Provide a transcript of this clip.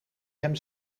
hem